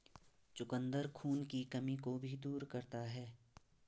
चुकंदर खून की कमी को भी दूर करता है